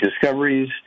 discoveries